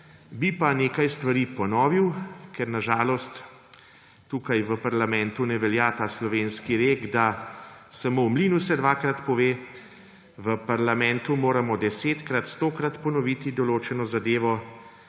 bi pa nekaj stvari ponovil, ker na žalost tukaj v parlamentu ne velja ta slovenski rek, da samo v mlinu se dvakrat pove, v parlamentu moramo 10-krat, 100-krat ponoviti določeno zadevo,